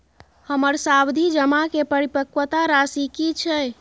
हमर सावधि जमा के परिपक्वता राशि की छै?